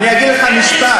אני אגיד לך משפט.